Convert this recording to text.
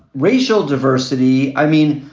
racial diversity. i mean,